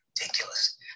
ridiculous